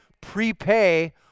prepay